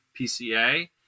PCA